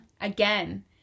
again